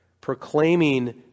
Proclaiming